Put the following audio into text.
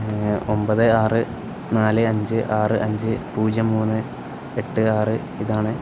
ഒന്പത് ആറ് നാല് അഞ്ച് ആറ് അഞ്ച് പൂജ്യം മൂന്ന് എട്ട് ആറ് ഇതാണ്